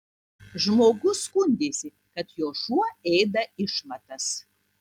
žmogus skundėsi kad jo šuo ėda išmatas